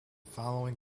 following